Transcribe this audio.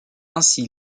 ainsi